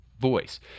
voice